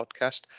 podcast